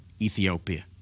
Ethiopia